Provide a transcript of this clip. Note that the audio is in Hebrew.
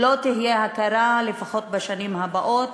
לא תהיה הכרה, לפחות בשנים הבאות,